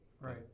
right